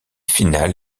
finale